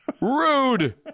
rude